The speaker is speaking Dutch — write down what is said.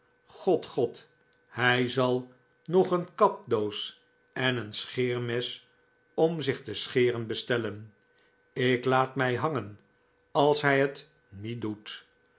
god god hij zal nog een kapdoos en een scheermes om zich te scheren bestellen ik laat mij hangen als hij het niet doet